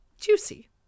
Juicy